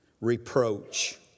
reproach